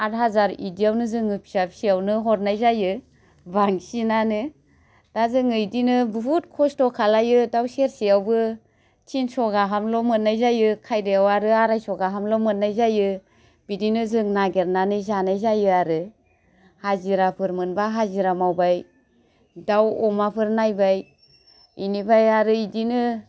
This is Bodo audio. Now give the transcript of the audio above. आट हाजार इदियावनो जोङो फिसा फिसायावनो हरनाय जायो बांसिनानो दा जोङो इदिनो बुहुत खस्थ' खालायो दाउ सेरसेयावबो थिनस' गाहामल' मोन्नाय जायो खायदायाव आरो आराइस' गाहामल मोन्नाय जायो बिदिनो जों नागिरनानै जानाय जायो आरो हाजिराफोर मोनबा हाजिरा मावबाय दाउ अमाफोर नायबाय एनिफाय आरो इदिनो